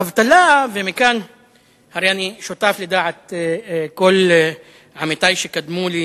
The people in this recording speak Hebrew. אבטלה, הרי אני שותף לדעת כל עמיתי שקדמו לי